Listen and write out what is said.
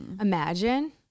Imagine